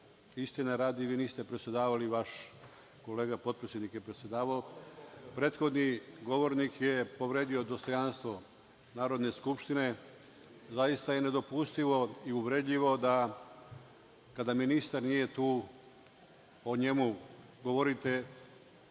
Istine radi, vi niste predsedavali, vaš kolega potpredsednik je predsedavao. Prethodni govornik je povredio dostojanstvo Narodne skupštine. Zaista je nedopustivo i uvredljivo da kada ministar nije tu, o njemu govorite